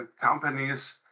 companies